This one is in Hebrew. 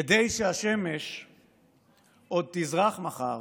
כדי שהשמש עוד תזרח מחר